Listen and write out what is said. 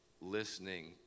listening